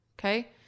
Okay